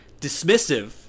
dismissive